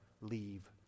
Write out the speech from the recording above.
leave